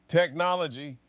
technology